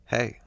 Hey